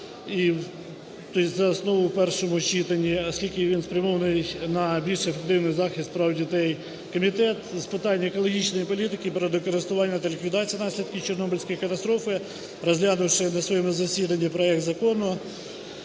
за основу в першому читанні, оскільки він спрямований на більш ефективний захист прав дітей. Комітет з питань екологічної політики, природокористування та ліквідації наслідків Чорнобильської катастрофи, розглянувши на своєму засіданні проект закону,